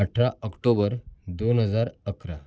अठरा ऑक्टोबर दोन हजार अकरा